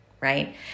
right